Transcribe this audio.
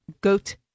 goat